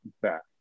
back